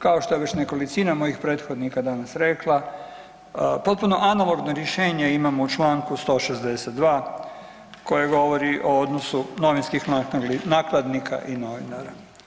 Kao što je nekolicina mojih prethodnika danas rekla, potpuno analogno rješenje imamo u čl. 162. koje govori o odnosu novinskih nakladnika i novinara.